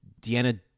Deanna